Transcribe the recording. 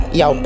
yo